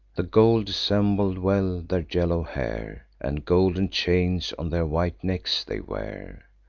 the gold dissembled well their yellow hair, and golden chains on their white necks they wear.